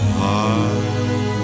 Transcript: high